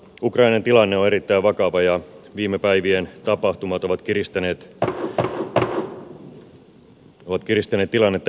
ukrainan tilanne on erittäin vakava ja viime päivien tapahtumat ovat kiristäneet tilannetta edelleen